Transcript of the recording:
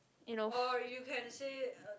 you know